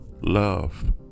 love